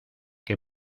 que